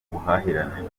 ubuhahirane